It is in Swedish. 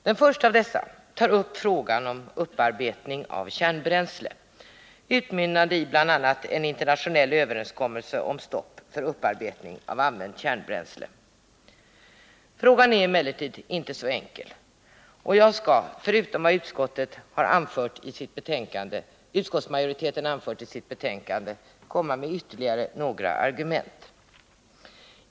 Den första av dessa reservationer tar upp frågan om upparbetning av kärnbränsle och utmynnar bl.a. i förslag om en internationell överenskommelse om stopp för upparbetning av använt kärnbränsle. Denna fråga är emellertid inte så enkel, och jag skall förutom det som utskottsmajoriteten har anfört i sitt betänkande komma med ytterligare några argument.